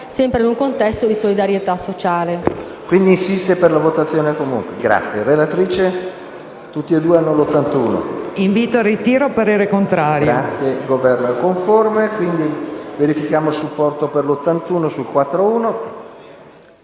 sempre in un contesto di solidarietà sociale.